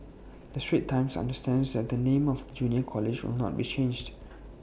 the straits times understands that the name of the junior college will not be changed